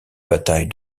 bataille